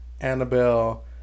Annabelle